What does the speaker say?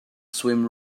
swim